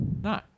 No